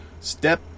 step